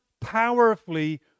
powerfully